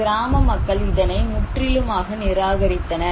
கிராம மக்கள் இதனை முற்றிலுமாக நிராகரித்தனர்